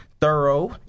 thorough